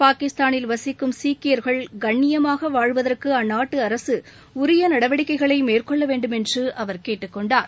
பாகிஸ்தானில் வசிக்கும் சீக்கியர்கள் கண்ணியமாக வாழ்வதற்கு அந்நாட்டு அரசு உரிய நடவடிக்கைகளை மேற்கொள்ள வேண்டுமென்று அவர் கேட்டுக் கொண்டார்